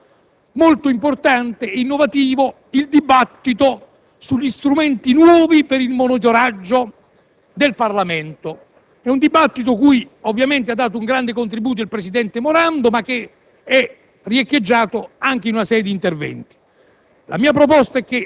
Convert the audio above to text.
credo sia stato molto importante ed innovativo il dibattito sugli strumenti nuovi per il monitoraggio del Parlamento; è un dibattito cui ha dato un grande contributo il presidente Morando, ma che è riecheggiato anche in una serie di interventi.